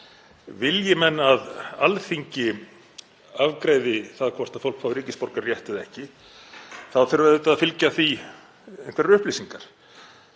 Vilji menn að Alþingi afgreiði það hvort fólk fái ríkisborgararétt eða ekki þurfa að fylgja því einhverjar upplýsingar.